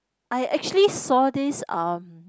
I actually saw this um